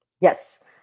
Yes